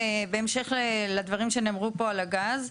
בהמשך לדברים שנאמרו פה על הגז,